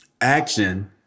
action